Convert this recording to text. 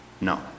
No